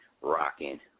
rocking